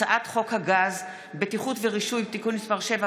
הצעת חוק הגז (בטיחות ורישוי) (תיקון מס' 7),